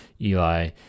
Eli